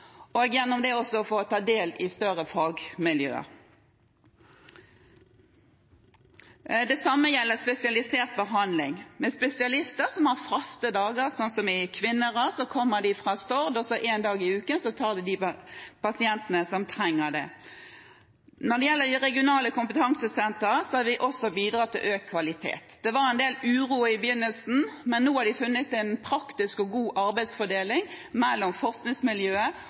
og gjennom det også å få ta del i større fagmiljøer. Det samme gjelder spesialisert behandling, med spesialister som har faste dager, sånn som i Kvinnherad, hvor de kommer fra Stord og en dag i uken tar de pasientene som trenger det. Når det gjelder de regionale kompetansesentrene, har vi også bidratt til økt kvalitet. Det var en del uro i begynnelsen, men nå har de funnet en praktisk og god arbeidsfordeling mellom forskningsmiljøet